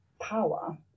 power